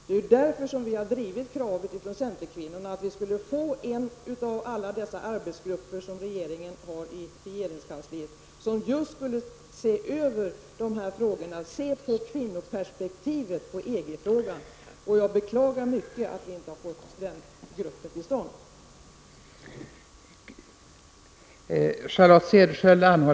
Det är därför som vi centerkvinnor har drivit kravet att en av alla dessa arbetsgrupper i regeringskansliet skulle se över de här frågorna och se till kvinnoperspektivet i EG-frågan. Jag beklagar mycket att vi inte har fått till stånd den gruppen. Cederschiöld anhållit att till protokollet få antecknat att hon inte ägde rätt till ytterligare replik.